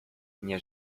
nie